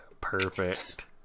Perfect